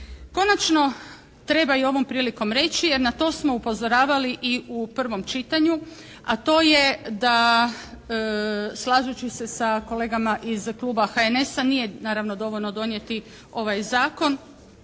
Konačno, treba i ovom prilikom reći jer na to smo upozoravali i u prvom čitanju a to je da slažući se sa kolegama iz kluba HSS-a nije naravno dovoljno donijeti ovaj zakon